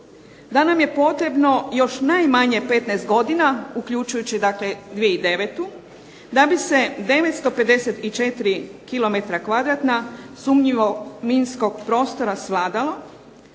da nam je potrebno još najmanje 15 godina uključujući i 2009. da bi se 954 kilometra kvadratna sumnjivog minskog prostora svladalo,